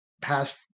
past